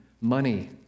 money